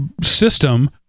system